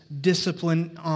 discipline